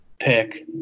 pick